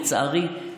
לצערי,